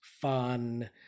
fun